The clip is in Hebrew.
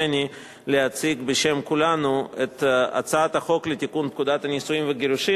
להציג בשם כולנו את הצעת החוק לתיקון פקודת הנישואין והגירושין